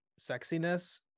sexiness